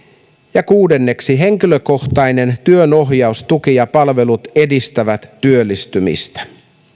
ja kuudenneksi henkilökohtainen työnohjaus tuki ja palvelut edistävät työllistymistä